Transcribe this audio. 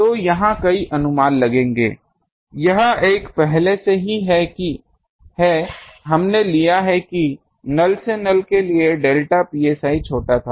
तो यहाँ कई अनुमान लगेंगे यह एक पहले से ही है हमने लिया है कि नल से नल के लिए डेल्टा psi छोटा था